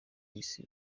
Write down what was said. isi